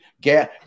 gas